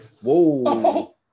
Whoa